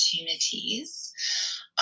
opportunities